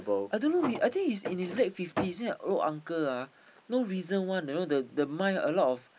I don't know he I think he's in his late fifties then old uncle ah no reason [one] you know the the mind a lot of